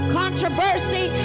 controversy